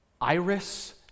Iris